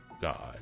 God